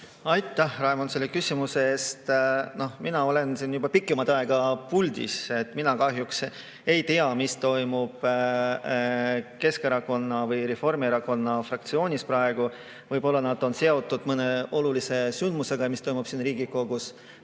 Aitäh, Raimond, selle küsimuse eest! Mina olen siin juba pikemat aega puldis, mina kahjuks ei tea, mis toimub praegu Keskerakonna või Reformierakonna fraktsioonis. Võib-olla nad on seotud mõne olulise sündmusega, mis toimub siin Riigikogus?